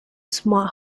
smart